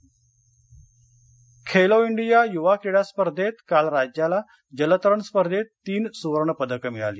Khelo India Khelo India युवा क्रीडास्पर्धेत काल राज्याला जलतरण स्पर्धेत तीन सुवर्णपदक मिळाली